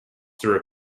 through